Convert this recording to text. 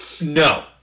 No